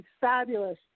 Fabulous